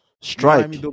Strike